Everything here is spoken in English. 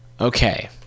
Okay